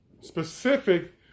specific